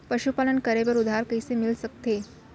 पशुपालन करे बर उधार कइसे मिलिस सकथे?